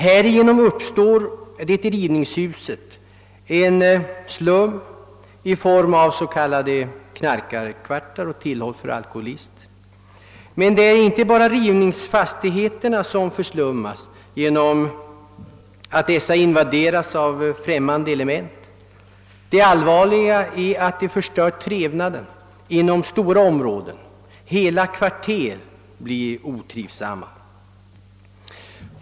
Härigenom uppstår det i rivningshusen en slum i form av s.k, knarkarkvartar och tillhåll för alkoholister. Men det är inte bara rivningsfastigheterna som förslummas genom att de invaderas av främmande element; det allvarliga är att detta förstör trevnaden inom stora områden — hela kvarter blir otrivsamma.